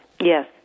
Yes